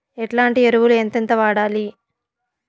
ఎట్లాంటి ఎరువులు ఎంతెంత వాడాలి?